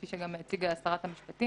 כפי שגם הציגה שרת המשפטים,